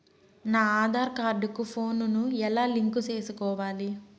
నా ఆధార్ కార్డు కు ఫోను ను ఎలా లింకు సేసుకోవాలి?